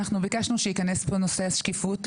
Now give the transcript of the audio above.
אנחנו ביקשנו שייכנס פה נושא השקיפות,